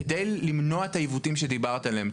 כדי למנוע את העיוותים שדיברת עליהם,